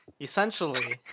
essentially